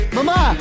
Mama